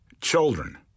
Children